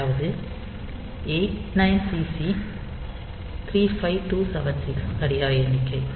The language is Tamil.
அதாவது 89CC 35276 கடிகார எண்ணிக்கை